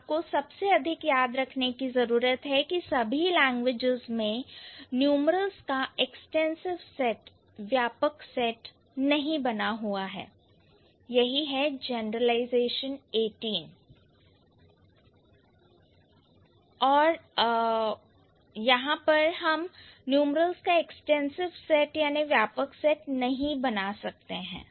आप को सबसे अधिक याद रखने की आवश्यकता है की सभी लैंग्वेज में न्यूमरल्स का एक्सटेंसिव सेट व्यापक सेट नहीं बना सकते हैं